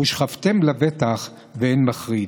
ושכבתם לבטח ואין מחריד.